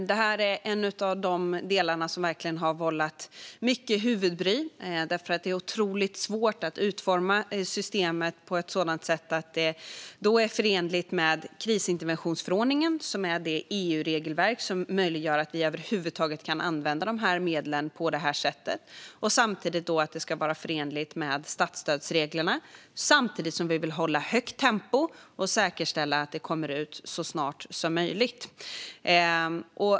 Detta är en av de delar som verkligen har vållat mycket huvudbry, därför att det är otroligt svårt att utforma systemet på ett sådant sätt att det är förenligt med krisinterventionsförordningen, som är det EU-regelverk som möjliggör att vi över huvud taget kan använda dessa medel på detta sätt, och att det också är förenligt med statsstödsreglerna samtidigt som vi vill hålla ett högt tempo och säkerställa att det kommer ut så snart som möjligt.